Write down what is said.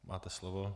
Máte slovo.